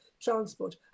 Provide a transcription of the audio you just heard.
transport